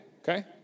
Okay